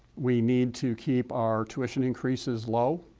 we need to keep our tuition increases low,